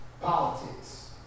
Politics